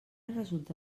resulta